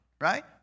right